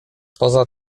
poza